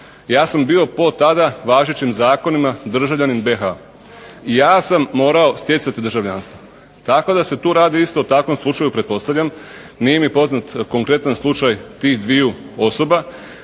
Ja sam bio po tada važećim zakonima državljanin BIH. Ja sam morao stjecati državljanstvo, tako da se tu radi isto o takvom slučaju pretpostavljam. Nije poznat konkretan slučaj tih dviju osoba